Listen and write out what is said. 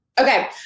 okay